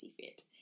fit